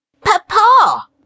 Papa